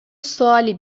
سوالی